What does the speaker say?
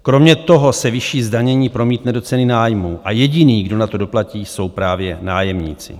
Kromě toho se vyšší zdanění promítne do ceny nájmů a jediný, kdo na to doplatí jsou právě nájemníci.